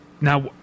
now